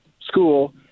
school